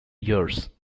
years